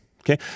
okay